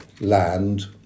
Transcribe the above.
land